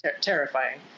terrifying